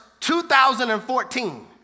2014